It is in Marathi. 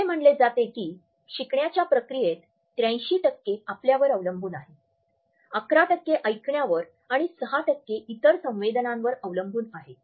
असे म्हटले जाते की शिकण्याच्या प्रक्रियेत ८३ आपल्यावर अवलंबून आहे ११ ऐकण्यावर आणि ६ इतर संवेदनांवर अवलंबून आहे